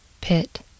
pit